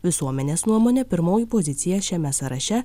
visuomenės nuomone pirmoji pozicija šiame sąraše